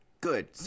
Good